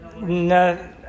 No